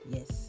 Yes